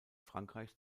frankreich